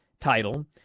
title